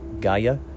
Gaia